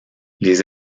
les